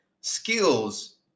Skills